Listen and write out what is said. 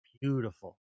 beautiful